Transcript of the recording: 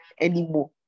anymore